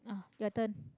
ah your turn